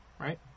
right